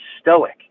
stoic